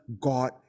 God